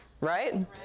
Right